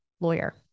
lawyer